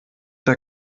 der